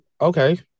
okay